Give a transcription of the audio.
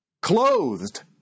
clothed